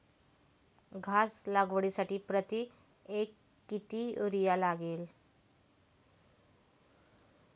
घास लागवडीसाठी प्रति एकर किती युरिया लागेल?